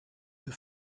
the